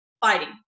fighting